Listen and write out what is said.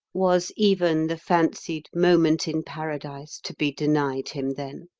was even the fancied moment in paradise to be denied him then?